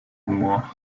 humor